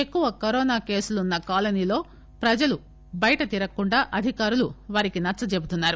ఎక్కువ కరోనా కేసులు ఉన్న కాలనీలలో ప్రజలు బయట తిరగకుండా అధికారులు వారికి నచ్చచెబుతున్నారు